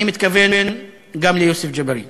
אני מתכוון גם ליוסף ג'בארין.